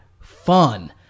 fun